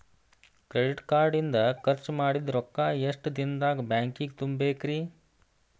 Credit card ಇಂದ್ ಖರ್ಚ್ ಮಾಡಿದ್ ರೊಕ್ಕಾ ಎಷ್ಟ ದಿನದಾಗ್ ಬ್ಯಾಂಕಿಗೆ ತುಂಬೇಕ್ರಿ?